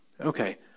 Okay